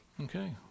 Okay